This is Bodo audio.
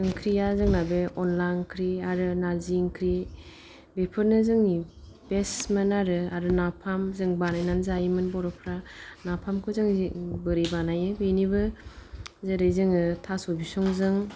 ओंख्रिआ जोंना बे अनला ओंख्रि आरो नारजि ओंख्रि बेफोरनो जोंनि बेस्थ'मोन आरो आरो नाफाम जों बानायनानै जायोमोन बर'फोरा नाफामखौ जों जे बोरै बानायो बेनिबो जेरै जों थास' बिसंजों